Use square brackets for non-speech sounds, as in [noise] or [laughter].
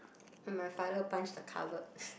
my father punch the cupboard [breath]